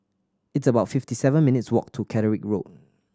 it's about fifty seven minutes' walk to Catterick Road